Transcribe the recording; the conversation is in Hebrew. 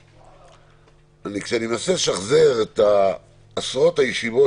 כשאני מנסה לשחזר את עשרות הישיבות